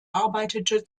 arbeitete